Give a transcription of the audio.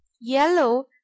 Yellow